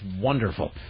wonderful